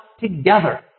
together